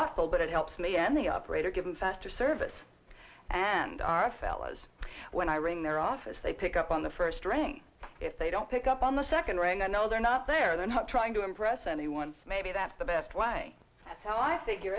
thoughtful but it helps me end the operator getting faster service and our fellows when i ring their office they pick up on the first ring if they don't pick up on the second ring i know they're not there they're not trying to impress anyone maybe that's the best way so i figure